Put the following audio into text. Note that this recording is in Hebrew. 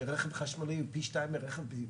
שרכב חשמלי הוא פי 2 מרכב בנזין?